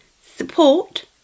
support